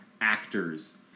actors